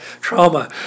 trauma